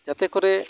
ᱡᱟᱛᱮ ᱠᱚᱨᱮ